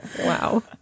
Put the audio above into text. wow